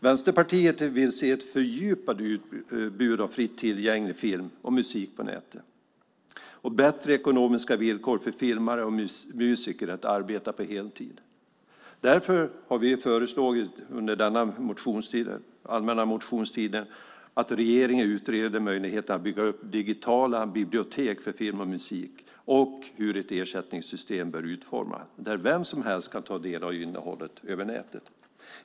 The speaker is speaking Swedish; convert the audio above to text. Vänsterpartiet vill se ett fördjupat utbud av fritt tillgänglig film och musik på nätet samt bättre ekonomiska villkor för filmare och musiker att arbeta på heltid. Därför har vi under allmänna motionstiden föreslagit att regeringen utreder möjligheten att bygga upp digitala bibliotek för film och musik där vem som helst kan ta del av innehållet över nätet och hur ett ersättningssystem bör utformas.